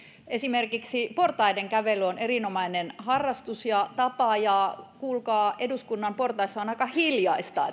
esimerkiksi portaiden kävely on erinomainen harrastus ja tapa ja kuulkaa eduskunnan portaissa on aika hiljaista